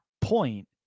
point